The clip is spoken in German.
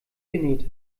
genäht